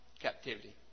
captivity